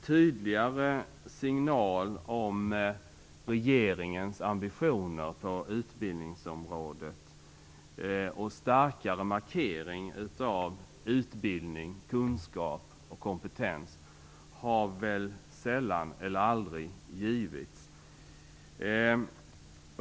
Tydligare signal om regeringens ambitioner på utbildningsområdet och starkare markering av utbildning, kunskap och kompetens har väl sällan eller aldrig givits.